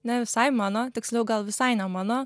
ne visai mano tiksliau gal visai ne mano